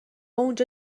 اونجا